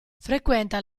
frequenta